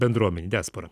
bendruomenė diaspora